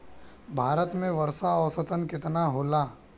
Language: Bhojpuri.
भारत में वर्षा औसतन केतना होला?